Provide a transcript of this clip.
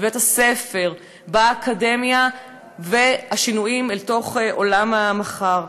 בבית-הספר ובאקדמיה והשינויים אל תוך עולם המחר.